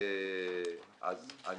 ואני